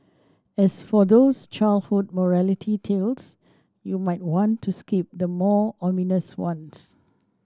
as for those childhood morality tales you might want to skip the more ominous ones